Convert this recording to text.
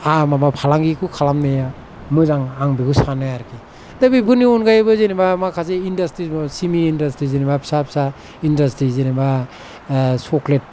माबा फालांगिखौ खालामनाया मोजां आं बेखौ सानो आरोखि दा बेफोरनि अनगायैबो जेनेबा माखासे इन्दासत्रिस सिमेन्त इन्दासत्रि जेनेबा फिसा फिसा इन्दासत्रि जेनेबा सकलेट